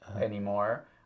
anymore